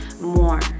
more